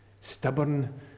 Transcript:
stubborn